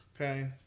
okay